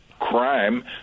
crime